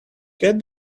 get